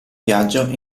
viaggio